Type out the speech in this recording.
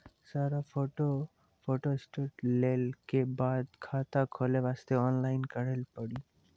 सारा photo photostat लेल के बाद खाता खोले वास्ते ऑनलाइन करिल पड़ी?